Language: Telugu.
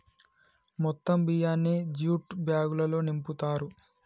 మొత్తం బియ్యాన్ని జ్యూట్ బ్యాగులల్లో నింపుతారు